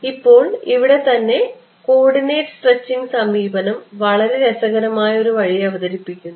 ഇപ്പോൾ ഇവിടെ തന്നെ കോർഡിനേറ്റ് സ്ട്രെച്ചിംഗ് സമീപനം വളരെ രസകരമായ ഒരു വഴി അവതരിപ്പിക്കുന്നു